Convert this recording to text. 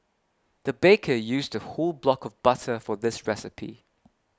the baker used whole block of butter for this recipe